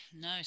No